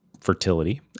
fertility